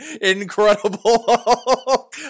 Incredible